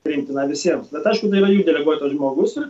priimtiną visiems bet aišku tai yra jų deleguotas žmogus